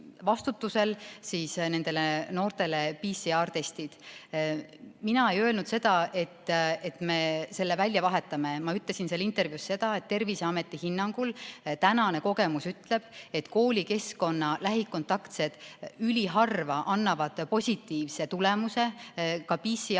nendele noortele PCR‑testid. Mina ei öelnud seda, et me välja vahetame. Ma ütlesin seal intervjuus seda, et Terviseameti hinnangul senine kogemus ütleb, et koolikeskkonna lähikontaktsed annavad üliharva positiivse tulemuse ka PCR‑testimisel